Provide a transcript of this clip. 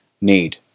need